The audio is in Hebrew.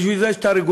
בשביל זה יש רגולטור,